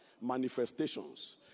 manifestations